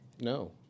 No